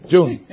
June